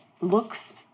looks